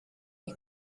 you